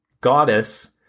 goddess